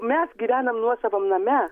mes gyvenam nuosavam name